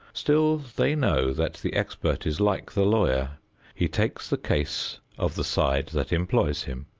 still they know that the expert is like the lawyer he takes the case of the side that employs him,